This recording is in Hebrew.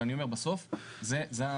אבל אני אומר בסוף זה המידע.